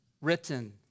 written